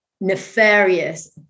Nefarious